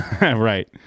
Right